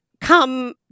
come